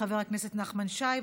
חבר הכנסת נחמן שי,